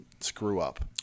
screw-up